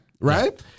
right